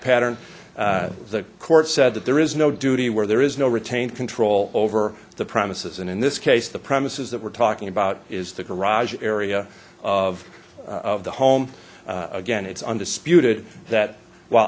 pattern the court said that there is no duty where there is no retain control over the premises and in this case the premises that we're talking about is the garage area of the home again it's undisputed that w